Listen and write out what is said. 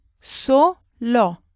Solo